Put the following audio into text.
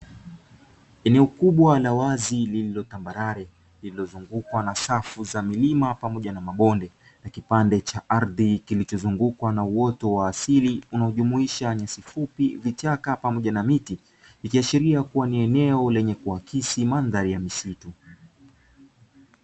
Eneo ni ukubwa wa la wazi lililo tambarare lililozungukwa na safu za milima pamoja na mabonde, na kipande cha ardhi kilichozungukwa na uoto wa asili unaojumuisha nyasi fupi, vichaka, pamoja na miti ikiashiria kuwa ni eneo lenye kuakisi mandhari ya misitu.